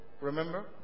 Remember